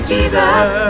Jesus